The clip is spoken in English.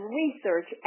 research